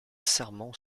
sermons